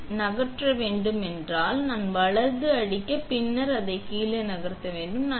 எனவே நான் இந்த ஒரு வரை நகர்த்த வேண்டும் என்றால் நான் வலது அடிக்க பின்னர் நான் அதை கீழே நகர்த்த வேண்டும்